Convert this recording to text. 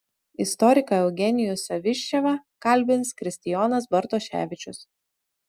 istoriką eugenijų saviščevą kalbins kristijonas bartoševičius